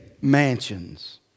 mansions